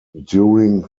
during